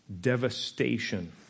devastation